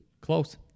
Close